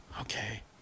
okay